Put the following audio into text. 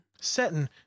Setting